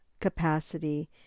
capacity